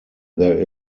there